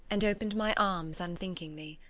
and opened my arms unthinkingly.